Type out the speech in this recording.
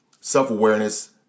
self-awareness